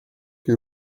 que